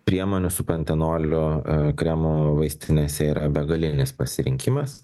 priemonių su pantenoliu kremu vaistinėse yra begalinis pasirinkimas